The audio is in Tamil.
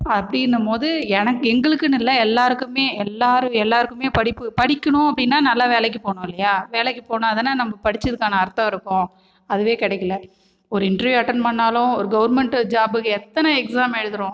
அப்படினும் போது எனக்கு எங்களுக்குன்னு இல்லை எல்லோருக்குமே எல்லோரு எல்லோருக்குமே படிப்பு படிக்கணும் அப்படின்னா நல்ல வேலைக்கு போகணும் இல்லையா வேலைக்கு போனால் தானே நம்ம படித்ததுக்கான அர்த்தம் இருக்கும் அதுவே கிடைக்கல ஒரு இன்ட்ரீவியூ அட்டன் பண்ணாலும் ஒரு கவ்ர்ன்மென்ட் ஜாபுக்கு எத்தனை எக்ஸாம் எழுதுகிறோம்